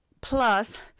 Plus